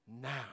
now